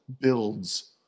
builds